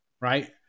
right